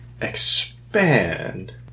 expand